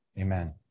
Amen